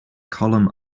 column